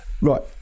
Right